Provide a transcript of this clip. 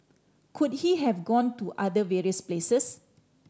could he have gone to other various places